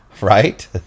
Right